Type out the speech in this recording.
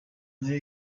nayo